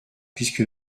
puisque